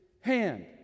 hand